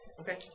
Okay